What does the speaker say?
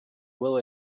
will